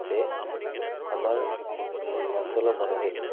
যে আমাৰ অঞ্চলৰ মানুহে